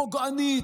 פוגענית,